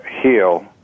heal